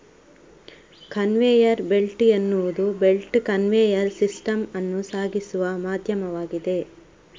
conveyor belt ಎನ್ನುವುದು belt conveyor system ಅನ್ನು ಸಾಗಿಸುವ ಮಾಧ್ಯಮವಾಗಿದೆ